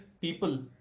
people